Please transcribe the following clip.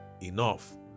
enough